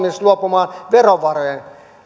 luopumaan verovarojen